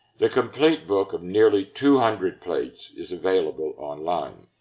the complete book of nearly two hundred plates is available online.